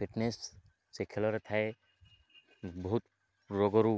fitness ସେ ଖେଳରେ ଥାଏ ବହୁତ ରୋଗରୁ